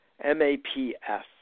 M-A-P-S